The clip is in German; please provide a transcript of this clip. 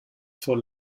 vor